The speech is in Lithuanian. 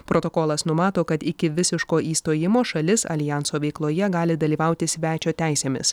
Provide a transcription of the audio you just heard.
protokolas numato kad iki visiško įstojimo šalis aljanso veikloje gali dalyvauti svečio teisėmis